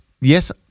yes